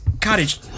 cottage